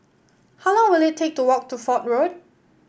how long will it take to walk to Fort Road